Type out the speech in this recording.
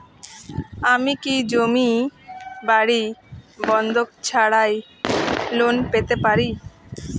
আমি কি জমি বাড়ি বন্ধক ছাড়াই লোন পেতে পারি?